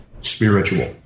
Spiritual